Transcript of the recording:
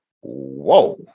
whoa